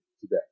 today